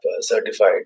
certified